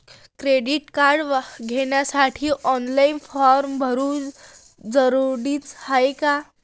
Credit card घ्यासाठी online form भरन जरुरीच हाय का?